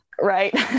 Right